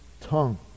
tongue